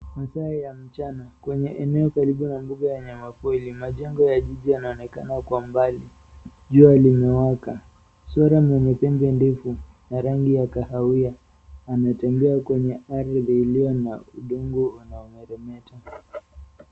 Masaa ya mchana, kwenye eneo karibu na mbuga ya wanyamapori. Majengo ya jiji yanaonekana kwa mbali. Jua limewaka. Swara mwenye pembe ndefu na rangi ya kahawia ametembea kwenye ardhi iliyo na udongo unaomeremeta.